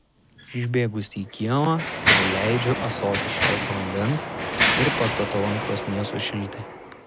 išbėgusi į kiemą prileidžiu ąsotį šalto vandens ir pastatau ant krosnies sušilti